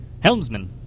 Helmsman